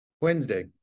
Wednesday